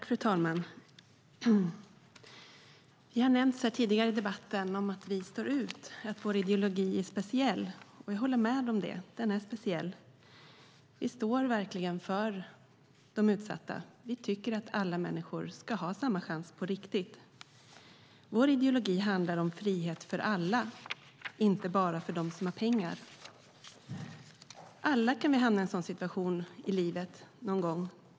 Fru talman! Det har nämnts tidigare i debatten att vi står ut, att vår ideologi är speciell. Jag håller med om det, den är speciell. Vi står upp för de utsatta. Vi tycker att alla människor ska ha samma chans på riktigt. Vår ideologi handlar om frihet för alla, inte bara för dem som har pengar. Vi kan alla någon gång i livet hamna i en situation då vi inte har pengar.